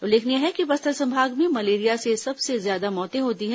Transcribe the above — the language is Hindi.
उल्लेखनीय है कि बस्तर संभाग में मलेरिया से सबसे ज्यादा मौतें होती हैं